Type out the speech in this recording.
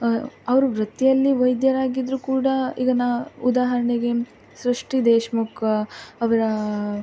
ಅವರು ವೃತ್ತಿಯಲ್ಲಿ ವೈದ್ಯರಾಗಿದ್ದರೂ ಕೂಡ ಈಗ ನ ಉದಾಹರಣೆಗೆ ಸೃಷ್ಟಿ ದೇಶಮುಖ್ ಅವರ